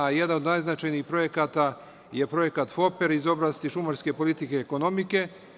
Jedan od najznačajnijih projekata je Projekat FOPER, iz oblasti šumarske politike i ekonomike.